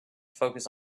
focus